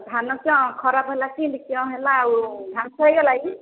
ଧାନ କ'ଣ ଖରାପ ହେଲା କେମିତି କ'ଣ ହେଲା ଆଉ ଧାସ ହୋଇଗଲା କି